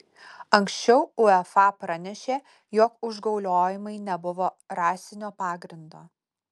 anksčiau uefa pranešė jog užgauliojimai nebuvo rasinio pagrindo